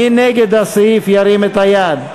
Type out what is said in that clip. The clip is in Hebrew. מי נגד הסעיף, ירים את היד.